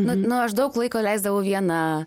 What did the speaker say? nu nu aš daug laiko leisdavau viena